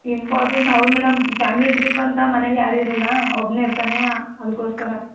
important ಹೌದು madam family trip ಅಂತ ಮನೆಯಲ್ಲಿ ಯಾರು ಇರೋಲ್ಲ ಒಬ್ಬನೆ ಇರ್ತಾನೆ ಅದಕ್ಕೋಸ್ಕರ